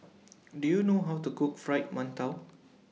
Do YOU know How to Cook Fried mantou